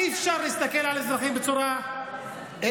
אי-אפשר להסתכל על האזרחים בצורה שונה.